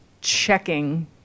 checking